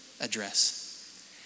address